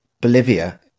Bolivia